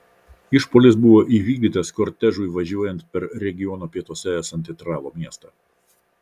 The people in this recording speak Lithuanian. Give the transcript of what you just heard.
išpuolis buvo įvykdytas kortežui važiuojant per regiono pietuose esantį tralo miestą